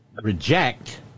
reject